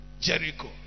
Jericho